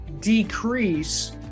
decrease